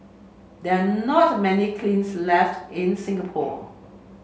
there are not many kilns left in Singapore